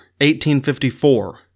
1854